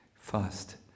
fast